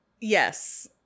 Yes